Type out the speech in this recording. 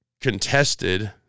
contested